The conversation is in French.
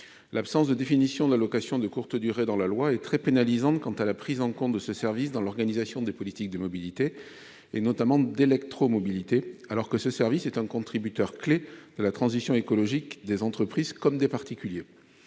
L'absence de définition de la location de courte durée dans la loi est très pénalisante quant à la prise en compte de ce service dans l'organisation des politiques de mobilité, et notamment d'électromobilité, alors que ce service est un contributeur clé de la transition écologique des entreprises comme des particuliers.